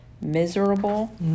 miserable